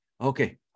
okay